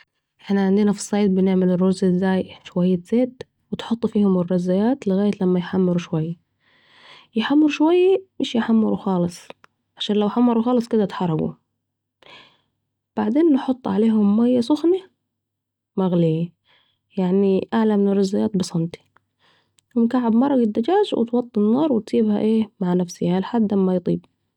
إحنا عندنا في الصعيد بنعمل الرز ازاي شوية زيت وتحط فيهم الرزيات لغاية لما يحمروا شوية.. يحمروا شوية مش يحمروا خالص علشان لو حمروا خالص كده اتحرقوا ، بعدين نحط عليهم ميه سخنه مغليه يعني أعلي من الرزيات بسنتي و مكعب مرقة دجاج و توطي النار وتسيبها ايه؟ مع نفسها لحد أما يطيب